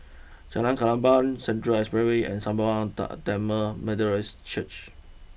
Jalan Klapa Central Expressway and Sembawang Tamil Methodist Church